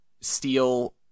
steal